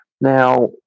Now